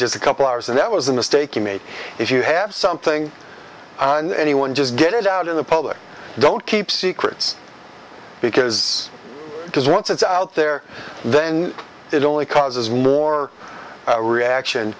just a couple hours and that was a mistake you made if you have something on anyone just get it out in the public don't keep secrets because because once it's out there then it only causes more reaction